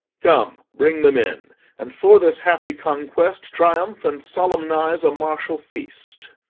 come, bring them in and for this happy conquest triumph, and solemnize a martial feast.